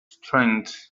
strength